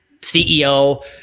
ceo